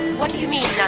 what do you mean and